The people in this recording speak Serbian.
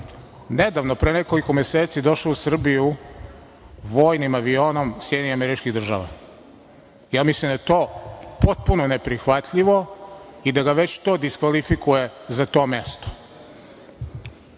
nedavno, pre nekoliko meseci, došao u Srbiju vojnim avionom SAD. Mislim da je to potpuno neprihvatljivo i da ga već to diskvalifikuje za to mesto,